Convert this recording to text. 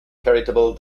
charitable